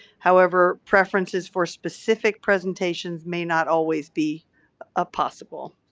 however, preferences for specific presentations may not always be ah possible.